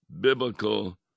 biblical